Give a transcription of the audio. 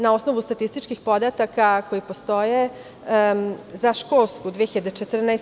Na osnovu statističkih podataka koji postoje za školsku 2014/